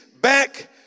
back